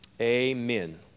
amen